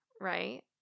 right